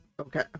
Okay